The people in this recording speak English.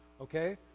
okay